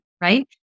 right